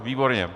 Výborně.